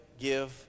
give